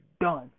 done